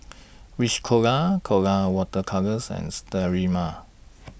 Rich Colora Colora Water Colours and Sterimar